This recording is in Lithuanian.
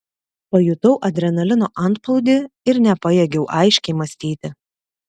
pajutau adrenalino antplūdį ir nepajėgiau aiškiai mąstyti